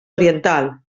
oriental